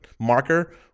marker